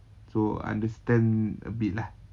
so understand a bit lah